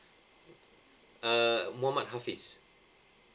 err muhammad hafiz